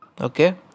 Okay